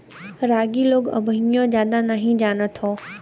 रागी लोग अबहिओ जादा नही जानत हौ